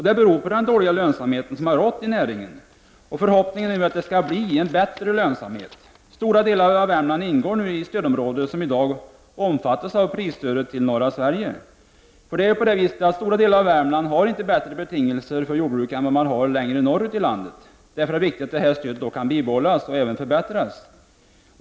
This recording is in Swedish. Det beror på den dåliga lönsamhet som har rått i näringen. Förhoppningen är att det nu skall bli en bättre lönsamhet. Stora delar av Värmland ingår i det område som i dag omfattas av prisstödet till norra Sverige. För det är ju på det viset att stora delar av Värmland inte har bättre betingelser för jordbruk än vad man har längre norrut i landet. Därför är det viktigt att detta stöd bibehålls och även förbättras.